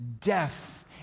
death